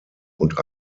und